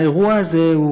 האירוע הזה,